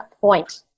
point